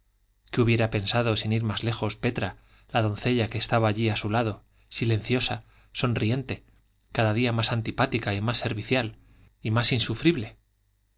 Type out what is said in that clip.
qué hubiera pensado sin ir más lejos petra la doncella que estaba allí a su lado silenciosa sonriente cada día más antipática y más servicial y más insufrible